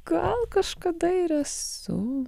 gal kažkada ir esu